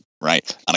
right